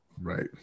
Right